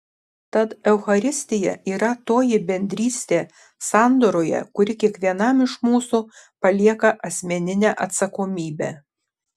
tad eucharistija yra toji bendrystė sandoroje kuri kiekvienam iš mūsų palieka asmeninę atsakomybę